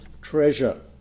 Treasure